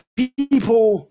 people